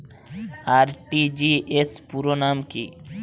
RTGS পুরো নাম কি?